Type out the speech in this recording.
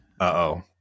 Uh-oh